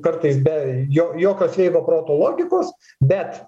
kartais be jo jokio sveiko proto logikos bet